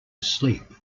sleep